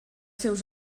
seus